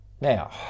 Now